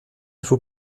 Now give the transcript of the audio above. faut